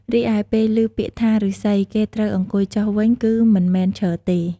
រីឯពេលឮ ពាក្យថា "ឬស្សី" គេត្រូវអង្គុយចុះវិញ គឺមិនមែនឈរទេ។